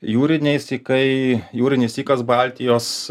jūriniai sykai jūrinis sykas baltijos